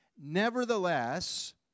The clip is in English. nevertheless